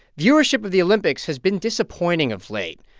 viewership of the olympics has been disappointing of late.